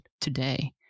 today